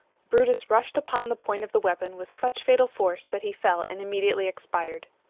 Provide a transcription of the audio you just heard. brutus rushed upon the point of the weapon with such fatal force that he fell and immediately expired.